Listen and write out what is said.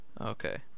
Okay